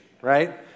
right